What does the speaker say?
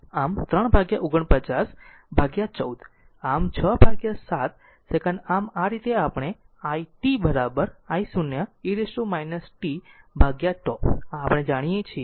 આમ 349 ભાગ્યા 14 આમ 6 ભાગ્યા 7 સેકંડ આમ આ રીતે આપણે i t I0 e t t ભાગ્યા τ આ આપણે જાણીએ છીએ